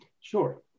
Sure